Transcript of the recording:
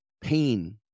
pain